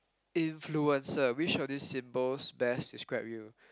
influencer which of these symbols best describe you